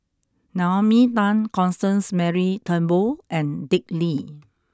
Naomi Tan Constance Mary Turnbull and Dick Lee